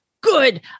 good